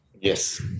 Yes